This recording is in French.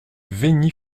veigy